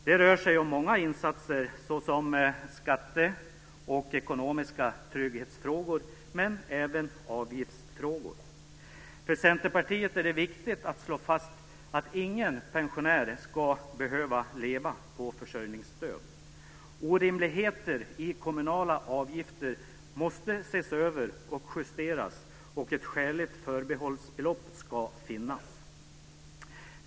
Det rör sig om många insatser vad gäller skatter och ekonomisk trygghet, men även avgifter. För Centerpartiet är det viktigt att slå fast att ingen pensionär ska behöva leva på försörjningsstöd. Orimligheter i kommunala avgifter måste ses över och justeras, och ett skäligt förbehållsbelopp ska finnas.